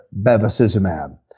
Bevacizumab